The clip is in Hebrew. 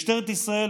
משטרת ישראל